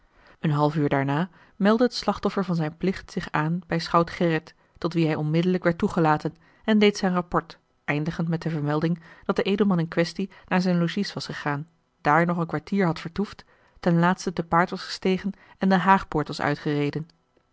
een half uur daarna meldde het slachtoffer van zijn plicht zich aan bij schout gerrit tot wien hij onmiddellijk werd toegelaten en deed zijn rapport eindigend met de vermelding dat de edelman in quaestie naar zijn logies was gegaan dààr nog een kwartier had vertoefd ten laatsten te paard was gestegen en de haagpoort was uitgereden